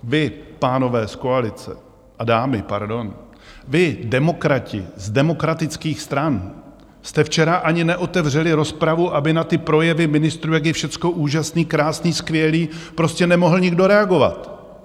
Vy, pánové z koalice, a dámy, pardon, vy, demokrati z demokratických stran, jste včera ani neotevřeli rozpravu, aby na ty projevy ministrů, jak je všecko úžasné, krásné, skvělé, prostě nemohl nikdo reagovat.